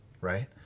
Right